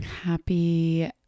Happy